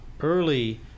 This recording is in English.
early